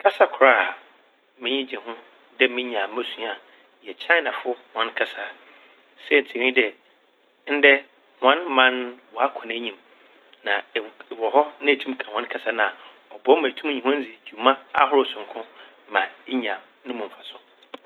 Kasa kor a m'enyi gye ho dɛ minya a mosua yɛ kyaenafo hɔn kasa. Saintsir nye dɛ ndɛ hɔn man n' ɔakɔ hɔn enyim. Na ewɔ ewɔ hɔ na etum ka hɔn kasa no a ɔboa ma etum nye hɔn dzi dwuma ahorow soronko ma inya no mu mfaso.